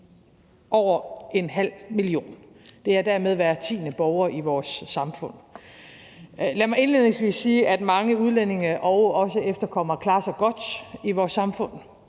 over en halv million. Det er dermed hver tiende borger i vores samfund. Lad mig indledningsvis sige, at mange udlændinge og også mange efterkommere klarer sig godt i vores samfund.